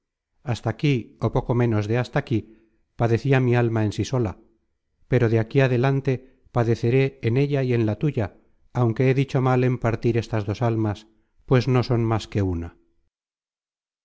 hasta aquí ó poco ménos de hasta aquí padecia mi alma en sí sola pero de aquí adelante padeceré en ella y en la tuya aunque he dicho mal en partir estas dos almas pues no son más que una